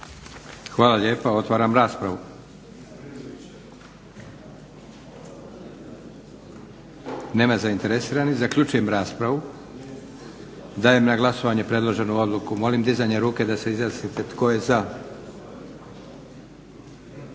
Hvala lijepa. Otvaram raspravu. Nema zainteresiranih. Zaključujem raspravu. Dajem na glasovanje predloženu odluku. Molim dizanjem ruke da se izjasnite tko je za.